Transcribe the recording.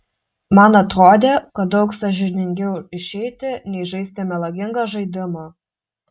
man atrodė kad daug sąžiningiau išeiti nei žaisti melagingą žaidimą